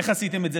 איך עשיתם את זה?